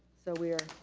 so we are